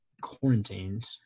quarantined